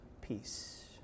peace